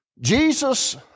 Jesus